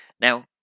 Now